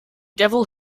devil